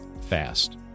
fast